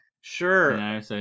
Sure